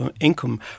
income